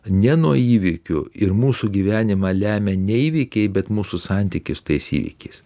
ne nuo įvykių ir mūsų gyvenimą lemia ne įvykiai bet mūsų santykis su tais įvykiais